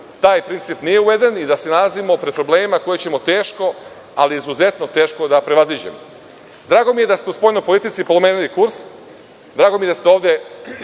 taj princip nije uveden i da se nalazimo pred problemima koje ćemo teško, ali izuzetno teško prevazići. Drago mi je da ste u spoljnoj politici promenili kurs, drago mi je da ste ovde